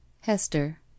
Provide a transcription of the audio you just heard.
Hester